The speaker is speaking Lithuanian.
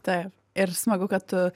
taip ir smagu kad tu